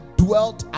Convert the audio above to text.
dwelt